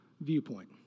viewpoint